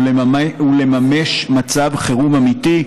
ולממש מצב חירום אמיתי,